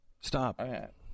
Stop